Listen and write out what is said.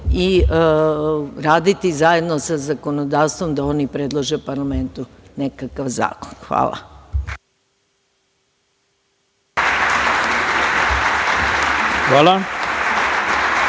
i raditi zajedno sa zakonodavstvom da oni predlože parlamentu nekakav zakon. Hvala. **Ivica